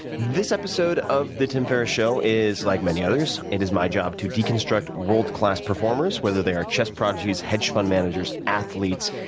this episode of the tim ferriss show is like many others. it is my job to deconstruct world class performers, whether they are chess prodigies, hedge fund managers, athletes,